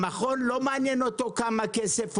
את המכון לא מעניין כמה כסף זה עולה,